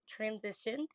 transitioned